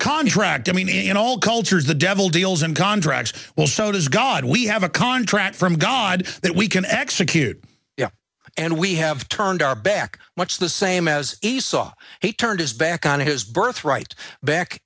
contract i mean in all cultures the devil deals in kondracke well so does god we have a contract from god that we can execute and we have turned our back much the same as esau he turned his back on his birthright back